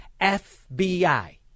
FBI